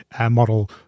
model